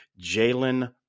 Jalen